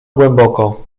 głęboko